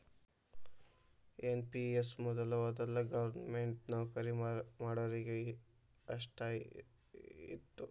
NPS ಮೊದಲ ವೊದಲ government ನೌಕರಿ ಮಾಡೋರಿಗೆ ಅಷ್ಟ ಇತ್ತು